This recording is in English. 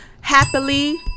happily